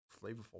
flavorful